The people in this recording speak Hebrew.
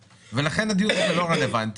ולכן הדיון הזה לא רלוונטי.